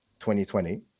2020